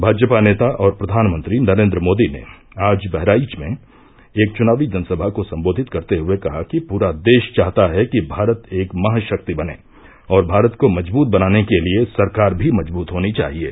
भाजपा नेता और प्रधानमंत्री नरेन्द्र मोदी ने आज बहराइच में एक चुनावी जनसभा को सम्बोधित करते हुये कहा कि पूरा देष चाहता है कि भारत एक महाषक्ति बने और भारत को मजबूत बनाने के लिये सरकार भी मजबूत होनी चाहिये